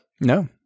No